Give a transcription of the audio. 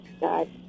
God